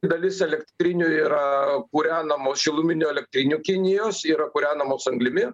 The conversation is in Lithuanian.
dalis elektrinių yra kūrenamos šiluminių elektrinių kinijos yra kūrenamos anglimi